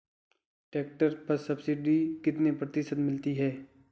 Tractor पर subsidy कितने प्रतिशत मिलती है?